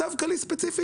דווקא אני ספציפית,